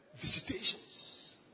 visitations